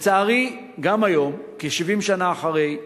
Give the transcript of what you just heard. לצערי, גם היום, כ-70 שנה אחרי,